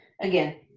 again